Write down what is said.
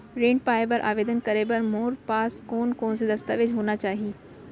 ऋण पाय बर आवेदन करे बर मोर पास कोन कोन से दस्तावेज होना चाही?